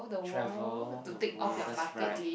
travel the world that's right